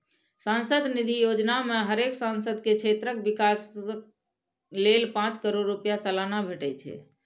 सांसद निधि योजना मे हरेक सांसद के क्षेत्रक विकास लेल पांच करोड़ रुपैया सलाना भेटे छै